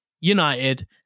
United